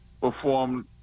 performed